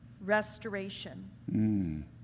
Restoration